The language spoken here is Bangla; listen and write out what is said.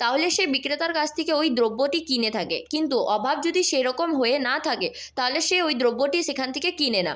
তাহলে সে বিক্রেতার কাছ থেকে ওই দ্রব্যটি কিনে থাকে কিন্তু অভাব যদি সেরকম হয়ে না থাকে তাহলে সে ওই দ্রব্যটি সেখান থেকে কেনে না